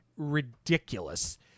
ridiculous